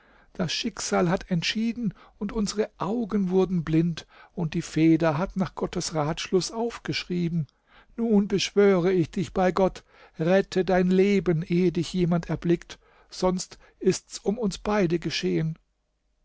das schicksal hat entschieden und unsere augen wurden blind und die feder hat nach gottes ratschluß aufgeschrieben nun beschwöre ich dich bei gott rette dein leben ehe dich jemand erblickt sonst ist's um uns beide geschehen